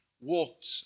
walked